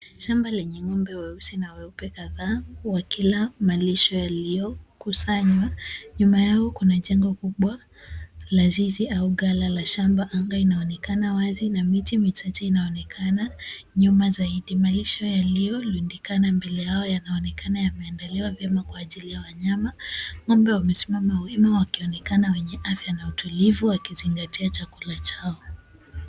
Samba lenye ng'ombe weusi na weupe kadhaa wakila malisho yaliyokusanywa, nyuma yao kuna jengo kubwa la zizi au ghala la shamba. Anga inaonekana wazi na miti michache inaonekana nyuma zaidi, malisho yaliyolindikana mbele yao yanaonekana yameandaliwa vyema kwa ajili ya wanyama. Ng'ombe wamesimama wima wakionekana wenye afya na utulivu wakizingatia chakula chao.